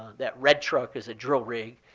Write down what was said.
that red truck is a drill rig.